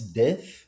death